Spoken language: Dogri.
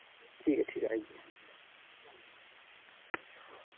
ठीक ऐ ठीक ऐ आइया